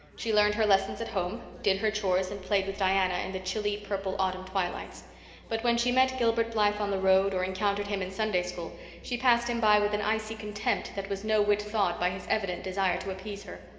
she learned her lessons at home, did her chores, and played with diana in the chilly purple autumn twilights but when she met gilbert blythe on the road or encountered him in sunday school she passed him by with an icy contempt that was no whit thawed by his evident desire to appease her.